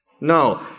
No